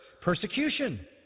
persecution